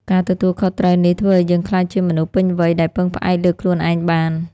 ការទទួលខុសត្រូវនេះធ្វើឲ្យយើងក្លាយជាមនុស្សពេញវ័យដែលពឹងផ្អែកលើខ្លួនឯងបាន។